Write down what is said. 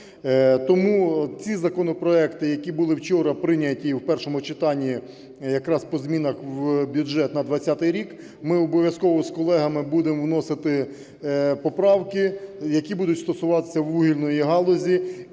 Тому в ті законопроекти, які були вчора прийняті в першому читанні якраз по змінах в бюджет на 20-й рік, ми обов'язково з колегами будемо вносити поправки, які будуть стосуватися вугільної галузі.